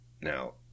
Now